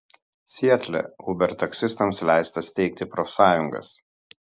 sietle uber taksistams leista steigti profsąjungas